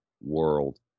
world